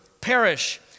perish